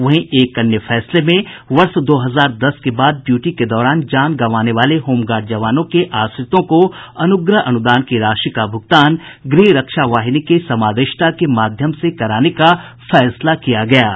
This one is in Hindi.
वहीं एक अन्य फैसले में वर्ष दो हजार दस के बाद ड्यूटी के दौरान जान गंवाने वाले होमगार्ड जवानों के आश्रितों को अनुग्रह अनुदान की राशि का भुगतान गृह रक्षा वाहिनी के समादेष्टा के माध्यम से कराने का फैसला किया है